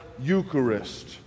Eucharist